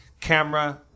camera